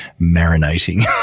marinating